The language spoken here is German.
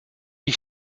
ich